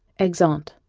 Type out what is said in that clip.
exeunt